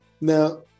now